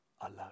alone